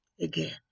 Again